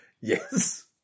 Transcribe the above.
Yes